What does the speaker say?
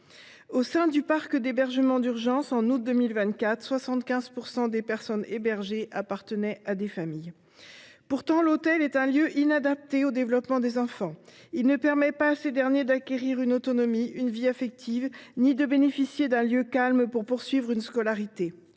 Au sein du parc d’hébergement d’urgence, en août 2024, 75 % des personnes accueillies appartenaient à des familles. Pourtant, l’hôtel est un lieu inadapté au développement des enfants. Il ne permet pas à ces derniers d’acquérir une autonomie, d’avoir une vie affective ou de bénéficier d’un lieu calme pour poursuivre une scolarité.